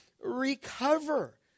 Recover